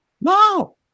No